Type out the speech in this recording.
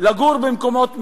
לגור במקומות מסוימים.